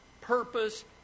purpose